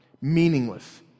meaningless